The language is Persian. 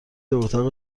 اتاق